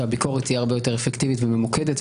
שהביקורת תהיה הרבה יותר אפקטיבית וממוקדת,